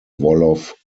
wolof